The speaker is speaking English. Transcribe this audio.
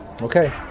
Okay